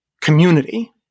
community